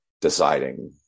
deciding